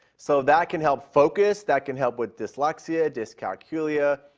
so that can help focus. that can help with dyslexia, dyscalculia,